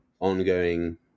ongoing